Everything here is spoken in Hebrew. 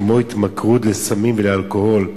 כמו התמכרות לסמים ולאלכוהול,